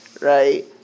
right